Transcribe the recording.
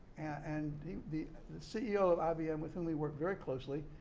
and the ceo of ibm, with whom he worked very closely,